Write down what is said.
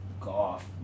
golf